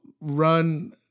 run